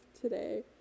today